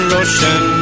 ocean